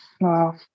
Wow